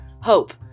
hope